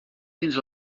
fins